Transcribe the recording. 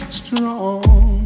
strong